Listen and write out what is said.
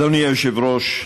אדוני היושב-ראש,